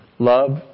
Love